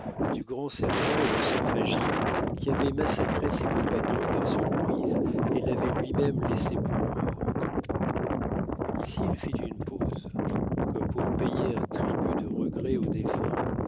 du grand serpent et du cerf agile qui avaient massacré ses compagnons par surprise et l'avaient lui-même laissé pour mort ici il fit une pause comme pour payer un tribut de regrets aux défunts